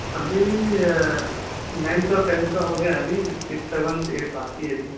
ابھی نائنتھ کا اور ٹینتھ کا ہوگیا ہے ابھی سکس سیونتھ ایٹتھ باقی ہے ابھی